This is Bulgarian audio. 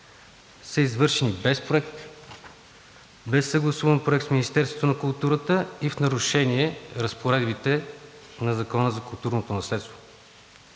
са извършени без проект, без съгласуван проект с Министерството на културата и в нарушение на разпоредбите на Закона за културното наследство.